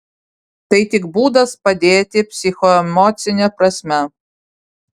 tai tik būdas padėti psichoemocine prasme